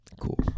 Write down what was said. cool